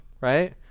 right